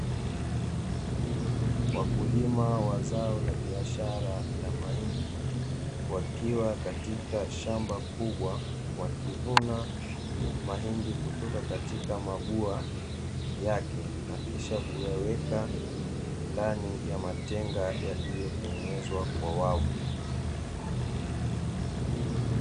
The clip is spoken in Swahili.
Wakulima wa zao la biashara na mahindi wakiwa katika shamba kubwa wakivuna mahindi kutoka katika mabua yake, na kisha kuyaweka ndani ya matenga yaliyotengenezwa kwa wavu.